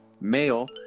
male